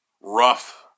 rough